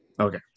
okay